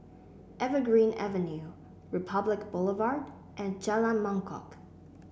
Evergreen Avenue Republic Boulevard and Jalan Mangkok